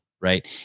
Right